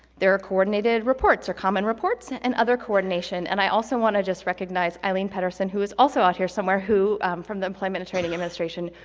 there are coordinated reports, or common reports and other coordination, and i also want to just recognize eileen patterson who is also out here somewhere, who from the employment and training administration,